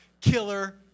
Killer